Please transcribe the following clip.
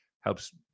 helps